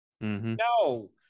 No